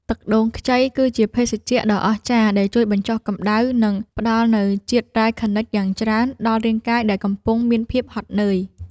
ទឹកដូងខ្ចីគឺជាភេសជ្ជៈដ៏អស្ចារ្យដែលជួយបញ្ចុះកម្តៅនិងផ្ដល់នូវជាតិរ៉ែខនិជយ៉ាងច្រើនដល់រាងកាយដែលកំពុងមានភាពហត់នឿយ។